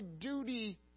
duty